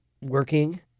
working